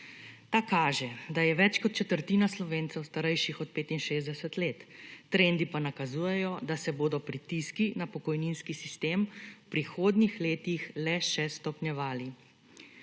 Ta kaže, da je več kot četrtina Slovencev starejših od 65 let. Trendi pa nakazujejo, da se bodo pritiski na pokojninski sistem v prihodnjih letih le še stopnjevali.